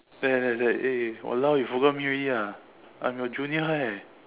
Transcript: then then after that eh !walao! you forgot me already ah I'm your junior eh